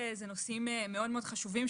אלה נושאים מאוד חשובים,